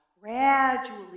gradually